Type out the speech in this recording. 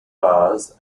bars